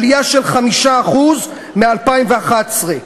עלייה של 5% מ-2011.